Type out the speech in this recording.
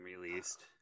released